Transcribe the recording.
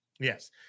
Yes